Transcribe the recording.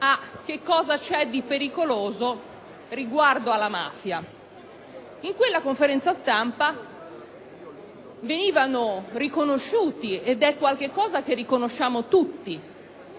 a che cosa c'è di pericoloso riguardo alla mafia. In tale conferenza venivano riconosciuti - ed è qualcosa che riconosciamo tutti